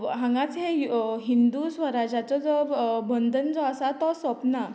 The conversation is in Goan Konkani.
हांगाच हें हिंदू स्वराजाचो जो बंदन जो आसा तो सोंपना